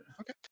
okay